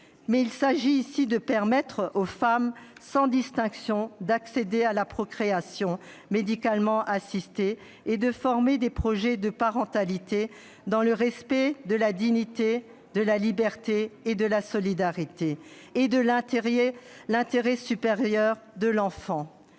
mais il s'agit là de permettre aux femmes, sans distinction, d'accéder à la procréation médicalement assistée et de former des projets de parentalité dans le respect de la dignité, de la liberté, de la solidarité et de l'intérêt supérieur de l'enfant.